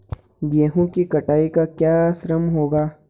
गेहूँ की कटाई का क्या श्रम होगा?